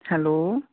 hello